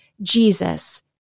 Jesus